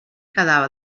quedava